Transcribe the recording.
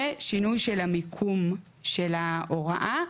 ושינוי של המיקום של ההוראה,